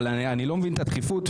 אני לא מבין את הדחיפות.